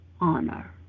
honor